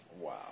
Wow